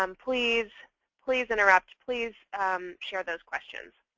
um please please interrupt. please share those questions.